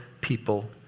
people